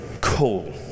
cool